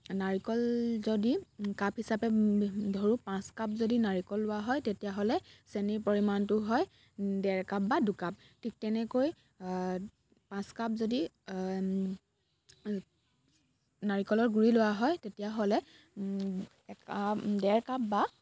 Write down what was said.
নাৰিকল যদি কাপ হিচাপে ধৰোঁ পাঁচ কাপ যদি নাৰিকল লোৱা হয় তেতিয়াহ'লে চেনিৰ পৰিমাণটো হয় ডেৰ কাপ বা দুকাপ ঠিক তেনেকৈ পাঁচ কাপ যদি নাৰিকলৰ গুড়ি লোৱা হয় তেতিয়াহ'লে একাপ ডেৰ কাপ বা